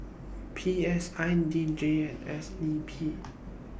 P S I D J and S D P